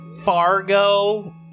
Fargo